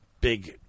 big